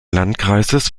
landkreises